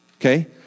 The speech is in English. Okay